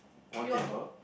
one table